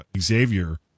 Xavier